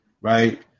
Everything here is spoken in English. right